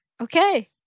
Okay